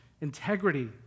integrity